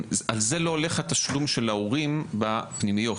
על זה לא הולך התשלום של ההורים בפנימיות.